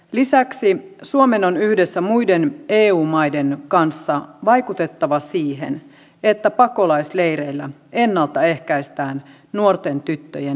lisäksi suomen on yhdessä muiden eu maiden kanssa vaikutettava siihen että pakolaisleireillä ennaltaehkäistään nuorten tyttöjen naittamiset